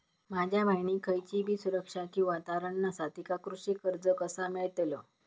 माझ्या बहिणीक खयचीबी सुरक्षा किंवा तारण नसा तिका कृषी कर्ज कसा मेळतल?